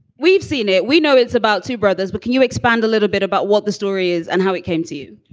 we've seen it. we know it's about two brothers. but can you expand a little bit about what the story is and how it came to you?